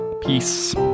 Peace